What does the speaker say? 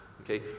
okay